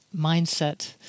mindset